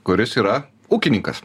kuris yra ūkininkas